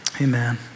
amen